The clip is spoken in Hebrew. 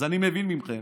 אז אני מבין מכם